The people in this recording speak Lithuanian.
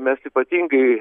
mes ypatingai